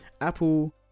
apple